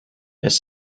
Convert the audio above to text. his